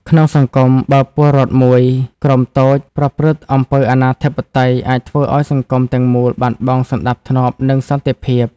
ក្នុងសង្គម បើពលរដ្ឋមួយក្រុមតូចប្រព្រឹត្តអំពើអនាធិបតេយ្យ អាចធ្វើឲ្យសង្គមទាំងមូលបាត់បង់សណ្ដាប់ធ្នាប់ និងសន្តិភាព។